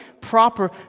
proper